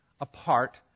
apart